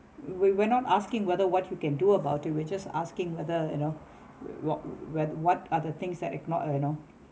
we we not asking whether what you can do about it we just asking whether you know with what with what are the things that ignored uh you know